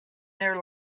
their